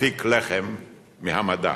להפיק לחם מהמדע.